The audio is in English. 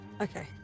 Okay